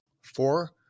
Four